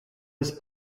was